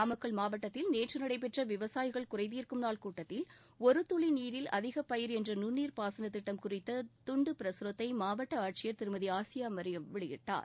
நாமக்கல் மாவட்டத்தில் நேற்று நடைபெற்ற விவசாயிகள் குறைதீர்க்கும் நாள் கூட்டத்தில் ஒரு துளி நீரில் அதிக பயிர் என்ற நுண்ணீர் பாசனத் திட்டம் குறித்த துண்டு பிரசுரத்தை மாவட்ட ஆட்சியர் திருமதி ஆசியா மரியம் வெளியிட்டார்